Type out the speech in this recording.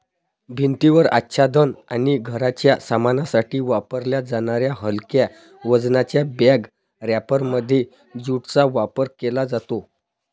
भिंतीवर आच्छादन आणि घराच्या सामानासाठी वापरल्या जाणाऱ्या हलक्या वजनाच्या बॅग रॅपरमध्ये ज्यूटचा वापर केला जातो